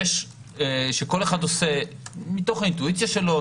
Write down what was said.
כשכל אחד עושה מתוך האינטואיציה שלו,